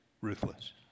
ruthless